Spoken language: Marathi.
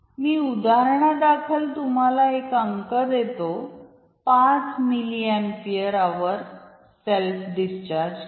मी उदाहरणादाखल तुम्हाला एक अंक देतो 5 milli ampere hour self discharge घ्या